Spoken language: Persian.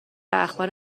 اخبار